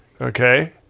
Okay